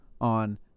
on